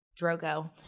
Drogo